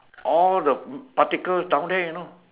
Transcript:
all the particles down there you know